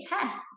test